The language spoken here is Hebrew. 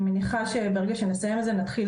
אני מניח שברגע שנסיים את זה נתחיל